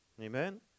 Amen